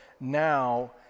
now